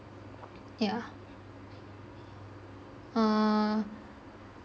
yeah err